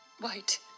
White